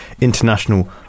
international